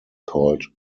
called